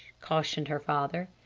cautioned her father.